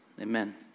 amen